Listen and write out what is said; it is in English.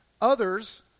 others